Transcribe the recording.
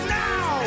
now